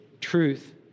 truth